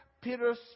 Peter's